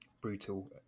Brutal